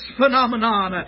phenomenon